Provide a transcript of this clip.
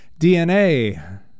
DNA